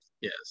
Yes